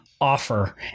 offer